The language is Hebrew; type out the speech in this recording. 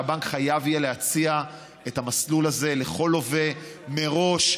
והבנק יהיה חייב להציע את המסלול הזה לכל לווה מראש,